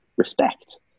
respect